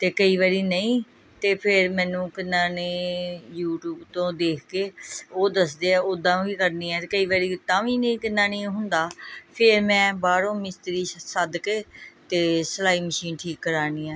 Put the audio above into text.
ਅਤੇ ਕਈ ਵਾਰੀ ਨਹੀਂ ਤਾਂ ਫਿਰ ਮੈਨੂੰ ਕਿੰਨਾਂ ਨੇ ਯੂਟੀਊਬ ਤੋਂ ਦੇਖ ਕੇ ਉਹ ਦੱਸਦੇ ਆ ਉੱਦਾਂ ਵੀ ਕਰਨੀ ਹੈ ਕਈ ਵਾਰੀ ਤਾਂ ਵੀ ਨਹੀਂ ਕਿੰਨਾ ਨਹੀਂ ਹੁੰਦਾ ਫੇਰ ਮੈਂ ਬਾਹਰੋਂ ਮਿਸਤਰੀ ਸੱਦ ਕੇ ਅਤੇ ਸਿਲਾਈ ਮਸ਼ੀਨ ਠੀਕ ਕਰਾਉਂਦੀ ਹਾਂ